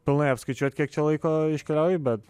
pilnai apskaičiuot kiek čia laiko iškeliauji bet